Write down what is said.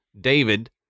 David